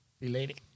Related